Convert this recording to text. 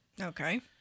Okay